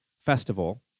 Festival